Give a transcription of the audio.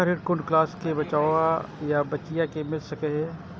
शिक्षा ऋण कुन क्लास कै बचवा या बचिया कै मिल सके यै?